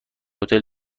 هتل